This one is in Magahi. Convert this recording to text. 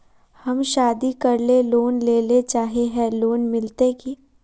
हम शादी करले लोन लेले चाहे है लोन मिलते की?